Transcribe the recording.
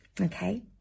okay